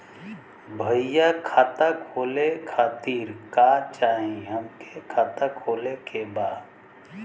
भईया खाता खोले खातिर का चाही हमके खाता खोले के बा?